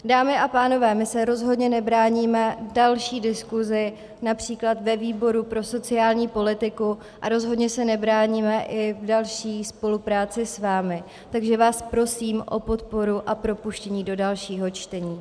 Dámy a pánové, my se rozhodně nebráníme další diskusi např. ve výboru pro sociální politiku a rozhodně se nebráníme i další spolupráci s vámi, takže vás prosím o podporu a propuštění do dalšího čtení.